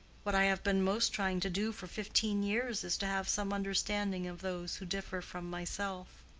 what i have been most trying to do for fifteen years is to have some understanding of those who differ from myself.